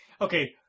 Okay